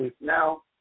Now